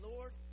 Lord